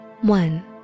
One